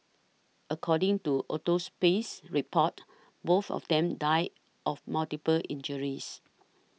according to autopsy reports both of them died of multiple injuries